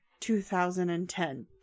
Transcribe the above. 2010